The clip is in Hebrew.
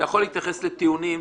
אתה יכול להתייחס לטיעונים,